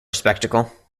spectacle